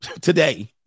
today